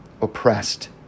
oppressed